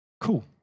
Cool